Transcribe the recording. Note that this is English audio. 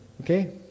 Okay